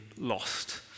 lost